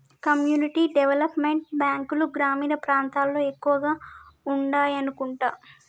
community development బ్యాంకులు గ్రామీణ ప్రాంతాల్లో ఎక్కువగా ఉండాయనుకుంటా